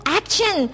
action